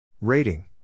Rating